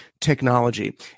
technology